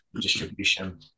distribution